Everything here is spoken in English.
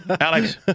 Alex